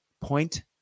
point